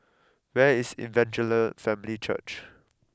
where is Evangel Family Church